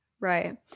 Right